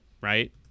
right